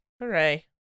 hooray